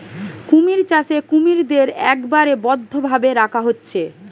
কুমির চাষে কুমিরদের একবারে বদ্ধ ভাবে রাখা হচ্ছে